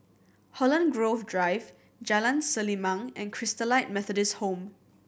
Holland Grove Drive Jalan Selimang and Christalite Methodist Home